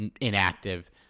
inactive